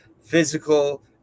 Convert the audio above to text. physical